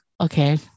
okay